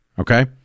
Okay